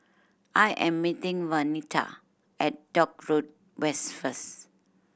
I am meeting Waneta at Dock Road West first